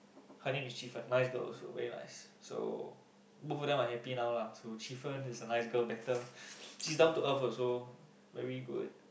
her name is Qi Fen nice girl also very nice so both of them are happy now lah so Qi Fen is a nice girl also better she's down to earth also very good